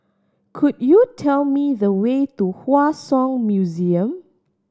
could you tell me the way to Hua Song Museum